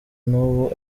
n’ubu